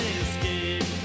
escape